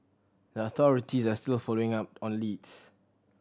the authorities are still following up on leads